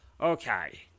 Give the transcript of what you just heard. Okay